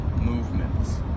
movements